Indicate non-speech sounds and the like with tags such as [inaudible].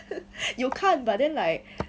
[laughs] 有看 but then like